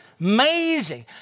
amazing